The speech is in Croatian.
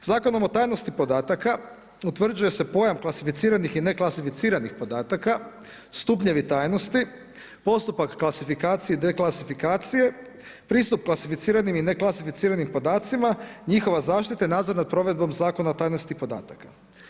Zakonom o tajnosti podataka utvrđuje se pojam klasificiranih i neklasificiranih podataka, stupnjevi tajnosti, postupak klasifikacije i deklasificikacije, pristup klasificiranim i neklasificiranim podacima, njihova zaštita i nadzor nad provedbom Zakona o tajnosti podataka.